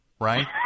Right